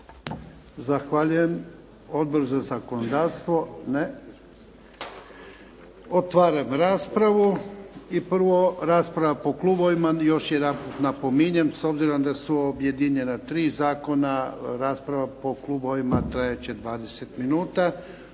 Zahvaljujem. Odbor za zakonodavstvo? Ne. Otvaram raspravu. Prvo rasprava po klubovima. Još jedan put napominjem s obzirom da su objedinjena tri zakona rasprava po klubovima trajat će 20 minuta.